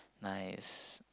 nice